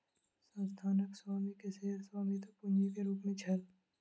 संस्थानक स्वामी के शेयर स्वामित्व पूंजी के रूप में छल